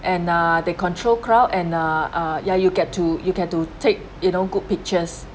and uh they control crowd and uh uh yeah you get to you get to take you know good pictures